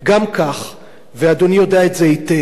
גם כך, ואדוני יודע את זה היטב,